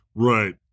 Right